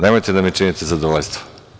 Nemojte da mi činite zadovoljstvo.